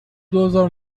دوزار